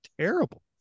terrible